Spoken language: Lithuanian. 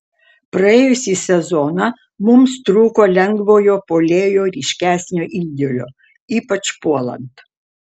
praėjusį sezoną mums trūko lengvojo puolėjo ryškesnio indėlio ypač puolant